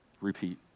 Repeat